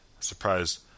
Surprised